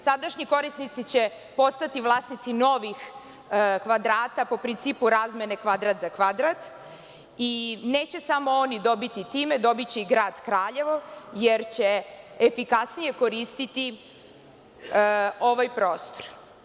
Sadašnji korisnici će postati vlasnici novih kvadrata po principu razmene kvadrat za kvadrat i neće samo oni dobiti time, dobiće i grad Kraljevo, jer će efikasnije koristiti ovaj prostor.